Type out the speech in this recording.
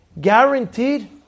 guaranteed